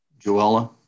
Joella